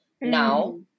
now